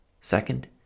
Second